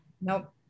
Nope